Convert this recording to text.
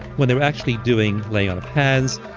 when they were actually doing laying out of hands,